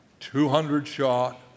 200-shot